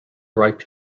ripe